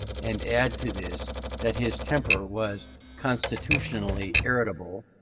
and add to this that his temper was constitutionally irritable,